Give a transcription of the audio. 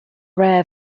rare